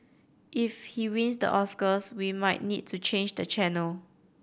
if he wins the Oscars we might need to change the channel